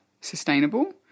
sustainable